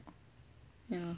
you know